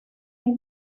hay